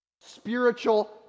spiritual